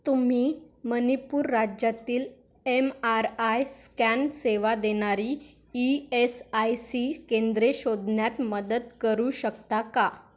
तुम्ही मणिपूर राज्यातील M R I scan सेवा देणारी ई एस आय सी केंद्रे शोधण्यात मदत करू शकता का